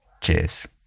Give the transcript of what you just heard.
Cheers